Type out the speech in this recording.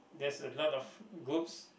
there's a lot of groups